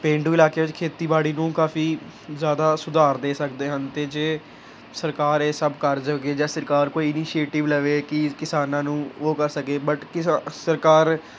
ਪੇਂਡੂ ਇਲਾਕਿਆਂ ਵਿੱਚ ਖੇਤੀਬਾੜੀ ਨੂੰ ਕਾਫੀ ਜ਼ਿਆਦਾ ਸੁਧਾਰ ਦੇ ਸਕਦੇ ਹਨ ਅਤੇ ਜੇ ਸਰਕਾਰ ਇਹ ਸਭ ਕਾਰਜ ਹੋ ਗਈ ਜਾਂ ਸਰਕਾਰ ਕੋਈ ਇਨੀਸ਼ੀਏਟਿਵ ਲਵੇ ਕਿ ਕਿਸਾਨਾਂ ਨੂੰ ਉਹ ਕਰ ਸਕੇ ਬਟ ਕੀ ਸ ਸਰਕਾਰ